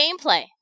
gameplay